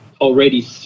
already